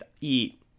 eat